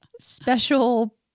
special